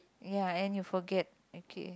ya and you forget